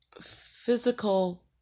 physical